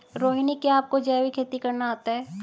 रोहिणी, क्या आपको जैविक खेती करना आता है?